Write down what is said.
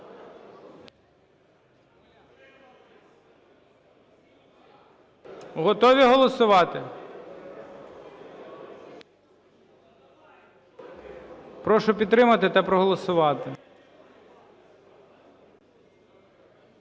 Готові голосувати? Прошу підтримати та проголосувати.